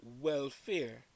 welfare